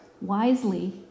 wisely